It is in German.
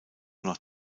nach